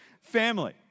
family